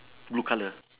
blue colour